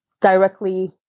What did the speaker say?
directly